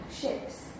Ships